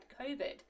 COVID